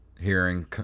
hearing